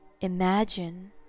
imagine